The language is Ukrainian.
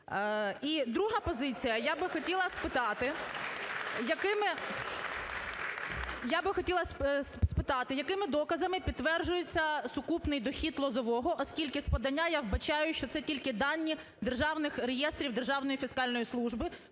І друга позиція. Я би хотіла спитати, якими доказами підтверджується сукупний дохід Лозового, оскільки з подання я вбачаю, що це тільки дані державних реєстрів Державної фіскальної служби